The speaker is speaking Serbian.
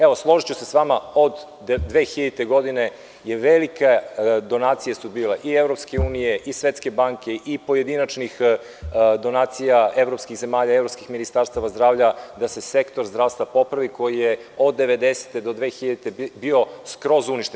Evo, složiću se sa vama, od 2000. godine su bile velike donacije, i EU i Svetske banke i pojedinačnih donacija evropskih zemalja i evropskih ministarstava zdravlja, da se sektor zdravstva popravi, koji je od 1990. do 2000. godine bio skroz uništen.